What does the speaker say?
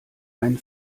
ein